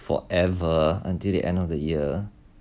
forever until the end of the year